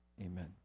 Amen